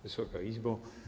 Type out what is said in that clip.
Wysoka Izbo!